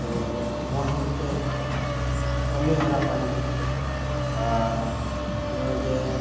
ᱛᱳ ᱱᱚᱣᱟ ᱦᱚᱸ ᱢᱤᱫᱴᱮᱡ ᱠᱟᱹᱢᱤ ᱦᱚᱨᱟ ᱠᱟᱱ ᱜᱮᱭᱟ ᱟᱨ ᱱᱚᱜᱚᱭ ᱡᱮ